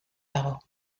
dago